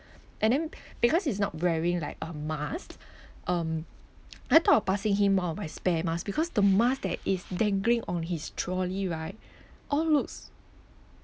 and then because he's not wearing like a mask um I thought of passing him one of my spare mask because the mask that is dangling on his trolley right all looks